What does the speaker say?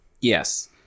Yes